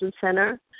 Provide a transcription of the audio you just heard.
center